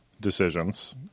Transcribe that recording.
decisions